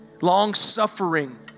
Long-suffering